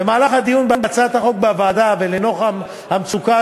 במהלך הדיון בהצעת החוק בוועדה ולנוכח המצוקה